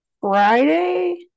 Friday